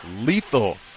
lethal